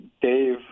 Dave